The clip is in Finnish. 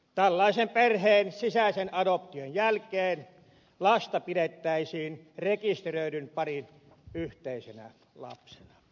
tällaisen perheen sisäisen adoption jälkeen lasta pidettäisiin rekisteröidyn parin yhteisenä lapsena